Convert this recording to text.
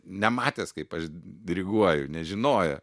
nematęs kaip aš diriguoju nežinojo